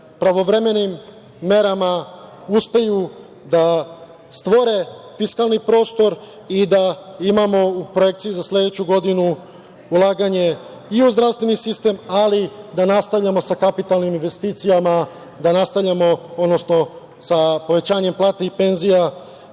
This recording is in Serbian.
pravovremenim merama uspeju da stvore fiskalni prostor i da imamo u projekciji za sledeću godinu ulaganje i u zdravstveni sistem, ali i da nastavljamo sa kapitalnim investicijama, da nastavljamo sa povećanjem plata i penzija,